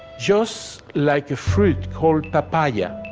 just like a fruit called papaya, yeah